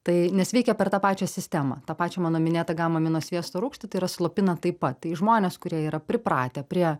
tai nes veikia per tą pačią sistemą tą pačią mano minėtą gamaminosviesto rūgštį tai yra slopina taip pat tai žmonės kurie yra pripratę prie